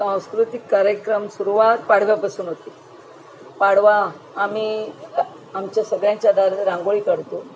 सांस्कृतिक कार्यक्रम सुरुवात पाडव्यापासून होते पाडवा आम्ही आमच्या सगळ्यांच्या दारात रांगोळी काढतो